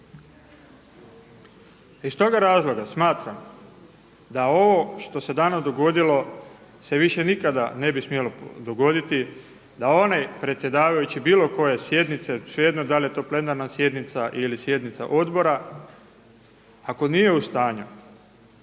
Iz toga razloga smatram da ovo što se danas dogodilo se više nikada ne bi smjelo dogoditi da onaj predsjedavajući bilo koje sjednice, svejedno da li je to plenarna sjednica ili sjednica odbora, ako nije u stanju